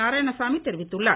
நாராயணசாமி தெரிவித்துள்ளார்